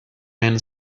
men